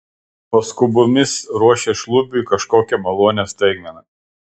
paskubomis ruošė šlubiui kažkokią malonią staigmeną